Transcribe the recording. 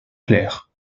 clair